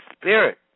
spirit